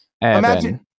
Imagine